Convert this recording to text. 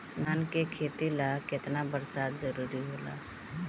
धान के खेती ला केतना बरसात जरूरी होला?